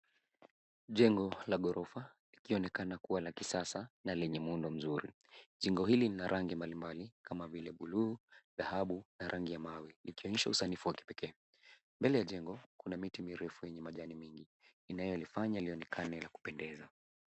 Jengo la gorofa likionekana kuwa la kisasa na lenye mundo mzuri. Jengo hili lina rangi mbali mbali kama vile bluu dhabu na rangi ya mawe likionyesha usanifu wa kipekee. Mbele ya jengo kuna miti mirefu enye majani mengi linaloifanya lionekana la kupendeza.